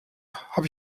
habe